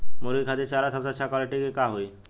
मुर्गी खातिर चारा सबसे अच्छा क्वालिटी के का होई?